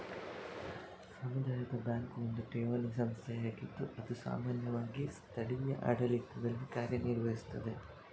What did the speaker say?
ಸಮುದಾಯ ಬ್ಯಾಂಕು ಒಂದು ಠೇವಣಿ ಸಂಸ್ಥೆಯಾಗಿದ್ದು ಅದು ಸಾಮಾನ್ಯವಾಗಿ ಸ್ಥಳೀಯ ಆಡಳಿತದಲ್ಲಿ ಕಾರ್ಯ ನಿರ್ವಹಿಸ್ತದೆ